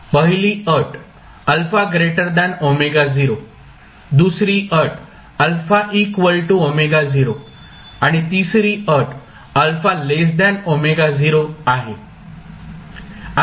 पहिली अट दुसरी अट आणि तिसरी अट आहे